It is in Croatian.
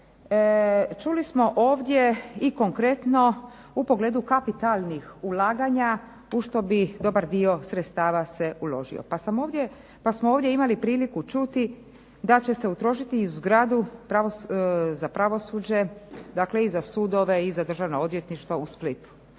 Čuli smo ovdje i konkretno u pogledu kapitalnih ulaganja u što bi dobar dio sredstava se uložio pa smo ovdje imali priliku čuti da će se utrošiti u zgradu za pravosuđe, dakle i za sudove i za državno odvjetništvo u Splitu.